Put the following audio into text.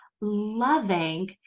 loving